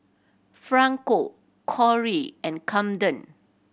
Franco Kori and Camden